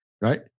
right